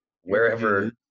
wherever